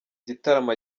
gitaramo